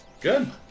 Good